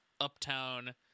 uptown